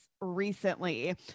recently